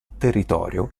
territorio